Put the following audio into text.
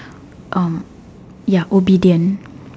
um ya obedient